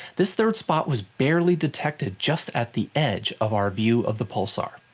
this third spot was barely detected just at the edge of our view of the pulsar.